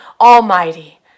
Almighty